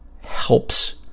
helps